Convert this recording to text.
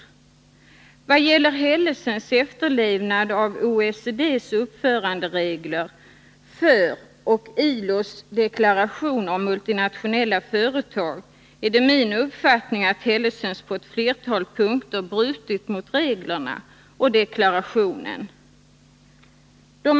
I vad gäller Hellesens efterlevnad av OECD:s uppföranderegler för och ILO:s deklaration om multinationella företag är det min uppfattning att Hellesens på flera punkter brutit mot både reglerna och deklarationen.